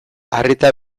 arreta